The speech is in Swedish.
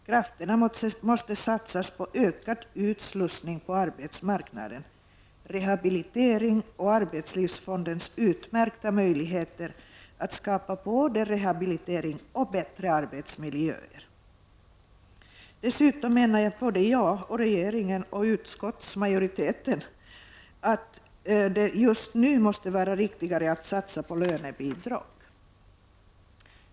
Krafterna måste satsas på ökad utslussning på arbetsmarknaden och rehabilitering, och framför allt på arbetslivsfondens utmärkta möjligheter att skapa både rehabilitering och bättre arbetsmiljöer. Dessutom menar såväl jag som regeringen och utskottsmajoriteten att det just nu måste vara riktigare att satsa på lönebidrag.